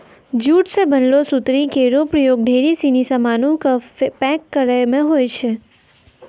jute सें बनलो सुतरी केरो प्रयोग ढेरी सिनी सामानो क पैक करय म होय छै